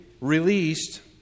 released